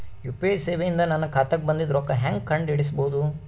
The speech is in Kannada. ಯು.ಪಿ.ಐ ಸೇವೆ ಇಂದ ನನ್ನ ಖಾತಾಗ ಬಂದಿದ್ದ ರೊಕ್ಕ ಹೆಂಗ್ ಕಂಡ ಹಿಡಿಸಬಹುದು?